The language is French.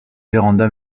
vérand’a